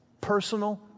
personal